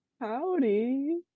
howdy